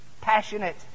Passionate